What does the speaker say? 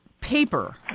paper